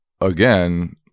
again